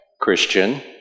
Christian